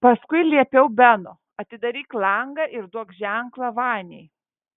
paskui liepiau beno atidaryk langą ir duok ženklą vaniai